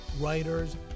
writers